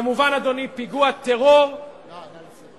כמובן, אדוני, פיגוע טרור, נא לסיים.